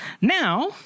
Now